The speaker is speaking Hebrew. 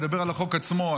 לדבר על החוק עצמו,